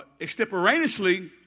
extemporaneously